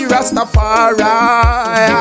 Rastafari